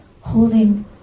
holding